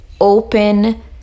open